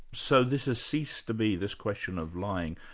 so this has ceased to be this question of lying,